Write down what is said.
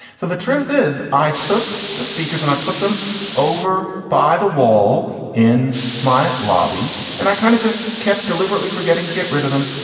so the truth is, i took the speakers and i put them over by the wall in my lobby and i kind of just kept deliberately forgetting to get rid of them.